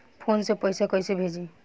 Phone से पैसा कैसे भेजी?